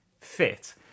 fit